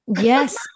Yes